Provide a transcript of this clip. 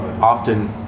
Often